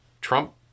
Trump